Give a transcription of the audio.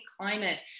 climate